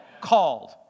called